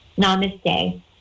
Namaste